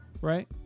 right